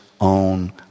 own